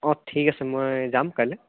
অঁ ঠিক আছে মই যাম কাইলৈ